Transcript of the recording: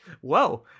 Whoa